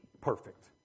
perfect